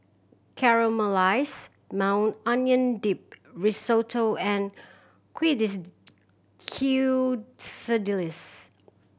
Caramelized Maui Onion Dip Risotto and